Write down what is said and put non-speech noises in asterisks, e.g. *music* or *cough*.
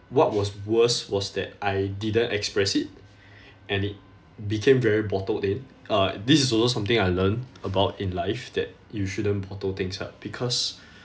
what was worse was that I didn't express it and it became very bottled in uh this is also something I learned about in life that you shouldn't bottle things up because *breath*